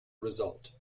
result